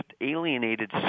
alienated